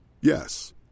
Yes